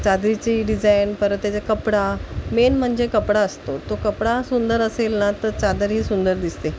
चादरीचीही design परत त्याचे कपडा मेन म्हणजे कपडा असतो तो कपडा सुंदर असेल ना तर चादरही सुंदर दिसते